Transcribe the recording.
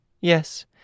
Yes